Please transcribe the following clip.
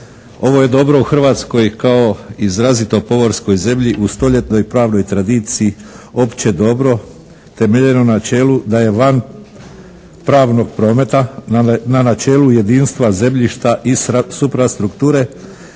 Ovo je dobro u Hrvatskoj kao izrazito pomorskoj zemlji u stoljetnoj i pravnoj tradiciji opće dobro temeljeno na načelu da je van pravnog prometa, na načelu jedinstva zemljišta i suprastrukture